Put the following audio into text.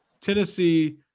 Tennessee